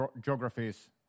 geographies